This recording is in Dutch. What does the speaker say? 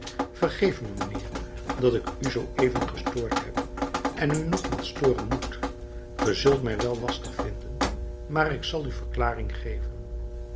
vergeef me mijnheer dat ik u zoo even gestoord heb en u nogmaals storen moet ge zult mij wel zeer lastig vinden maar ik zal u verklaring geven